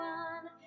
one